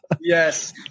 Yes